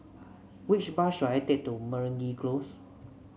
which bus should I take to Meragi Close